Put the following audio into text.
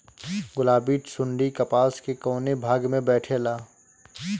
गुलाबी सुंडी कपास के कौने भाग में बैठे ला?